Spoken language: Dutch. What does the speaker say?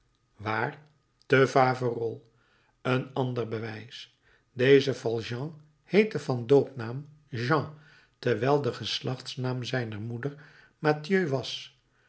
waar te faverolles een ander bewijs deze valjean heette van doopnaam jean terwijl de geslachtnaam zijner moeder mathieu was